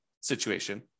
situation